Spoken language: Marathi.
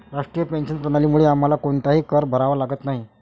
राष्ट्रीय पेन्शन प्रणालीमुळे आम्हाला कोणताही कर भरावा लागत नाही